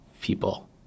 people